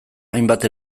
hainbat